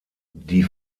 die